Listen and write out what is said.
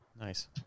Nice